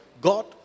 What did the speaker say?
God